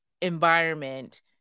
environment